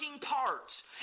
parts